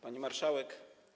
Pani Marszałek!